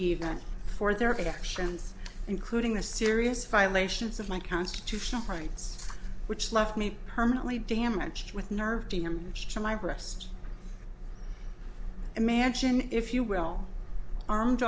even for their of actions including the serious violations of my constitutional rights which left me permanently damaged with nerve to him to my breast imagine if you will armed